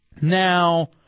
Now